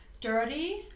dirty